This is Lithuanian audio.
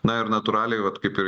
na ir natūraliai bet kaip ir